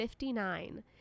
59